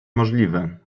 możliwe